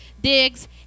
digs